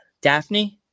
Daphne